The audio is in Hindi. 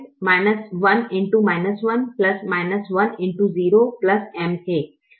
तो 5 3M 5 M है